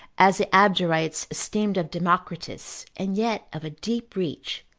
as the abderites esteemed of democritus and yet of a deep reach,